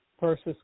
versus